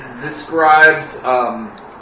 describes